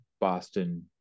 Boston